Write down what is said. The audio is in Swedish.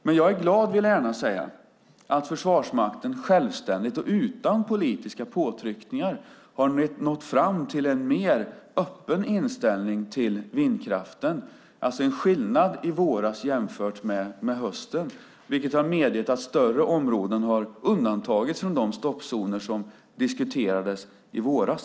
Jag är dock glad - det vill jag gärna säga - att Försvarsmakten självständigt och utan politiska påtryckningar har nått fram till en mer öppen inställning till vindkraften. Det är en skillnad nu på hösten jämfört med i våras, och det har medgett att större områden har undantagits från de stoppzoner som diskuterades i våras.